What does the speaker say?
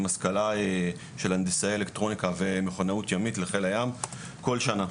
עם השכלה של הנדסאי אלקטרוניקה ומכונאות ימית לחיל הים כל שנה.